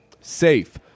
safe